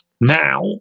Now